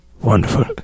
wonderful